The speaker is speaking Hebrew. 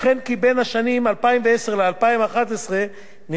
וכן כי בין השנים 2010 ו-2011 נרשמה